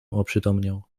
oprzytomniał